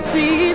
See